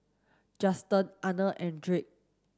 Justen Arne and Drake